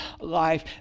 life